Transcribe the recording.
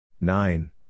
Nine